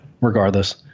regardless